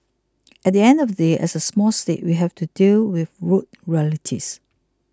at the end of the day as a small state we have to deal with rude realities